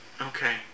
Okay